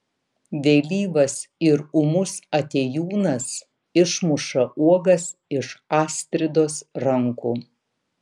vėlyvas ir ūmus atėjūnas išmuša uogas iš astridos rankų